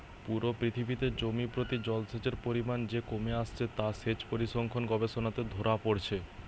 পুরো পৃথিবীতে জমি প্রতি জলসেচের পরিমাণ যে কমে আসছে তা সেচ পরিসংখ্যান গবেষণাতে ধোরা পড়ছে